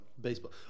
baseball